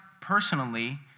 personally